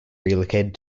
relocated